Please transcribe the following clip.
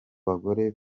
bagore